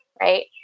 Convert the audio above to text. right